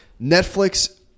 Netflix